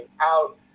out